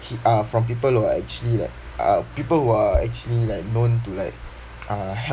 h~ uh from people who are actually like uh people who are actually like known to like uh help